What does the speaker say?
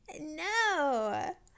No